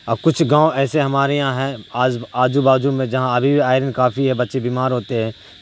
اور کچھ گاؤں ایسے ہمارے یہاں ہیں آجو بازو میں جہاں ابھی بھی آئرن کافی ہے بچے بیمار ہوتے ہیں